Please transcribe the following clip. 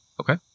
Okay